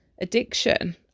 Addiction